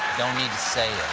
dont need to say